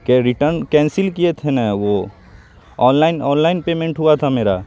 کہ return cancel کیے تھے نا وہ online online payment ہوا تھا میرا